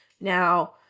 Now